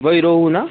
वही रोहू ना